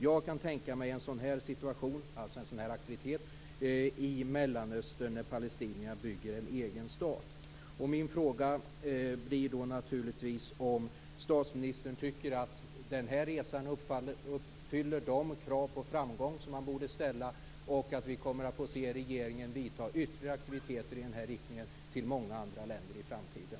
Jag kan tänka mig en sådan aktivitet i Mellanöstern när palestinierna bygger upp en egen stat. Tycker statsministern att denna resa uppfyller de krav på framgång som man borde ställa? Kommer vi att få se regeringen vidta ytterligare aktiviteter i den riktningen till många andra länder i framtiden?